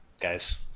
guys